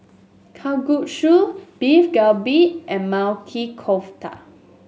Kalguksu Beef Galbi and Kofta